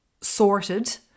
sorted